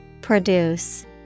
Produce